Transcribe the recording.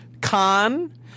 Con